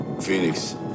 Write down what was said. Phoenix